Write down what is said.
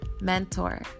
mentor